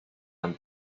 han